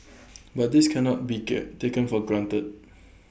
but this cannot be care taken for granted